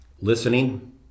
Listening